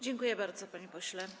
Dziękuję bardzo, panie pośle.